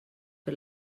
per